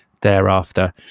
thereafter